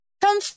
come